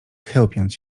chełpiąc